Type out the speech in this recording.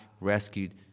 rescued